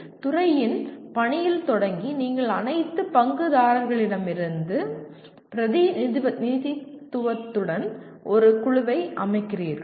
துறையின் பணியில் தொடங்கி நீங்கள் அனைத்து பங்குதாரர்களிடமிருந்தும் பிரதிநிதித்துவத்துடன் ஒரு குழுவை அமைக்கிறீர்கள்